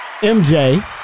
MJ